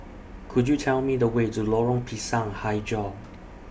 Could YOU Tell Me The Way to Lorong Pisang Hijau